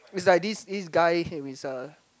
it's like this this guy him is a